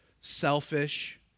selfish